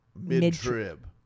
mid-trib